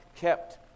kept